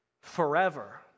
forever